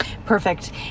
Perfect